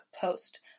post